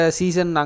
season